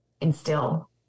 instill